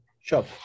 Sure